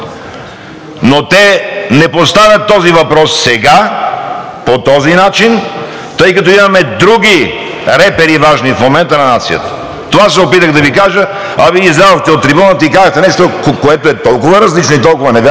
но те не поставят този въпрос сега по този начин, тъй като имаме други важни репери в момента на нацията. Това се опитах да Ви кажа, а Вие излязохте от трибуната и казахте нещо, което е толкова различно и толкова невярно,